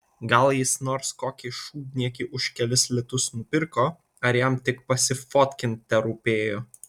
gal jis nors kokį šūdniekį už kelis litus nupirko ar jam tik pasifotkint terūpėjo